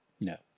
No